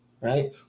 right